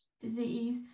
disease